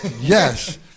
yes